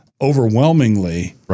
overwhelmingly